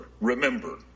remember